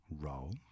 roll